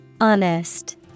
Honest